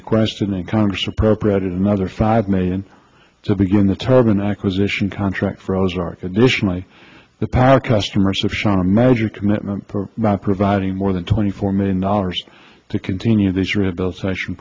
requested and congress appropriated another five million to begin the turban acquisition contract for ozark additionally the power customers have shown a magic commitment by providing more than twenty four million dollars to continue this rebel session